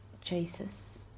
Jesus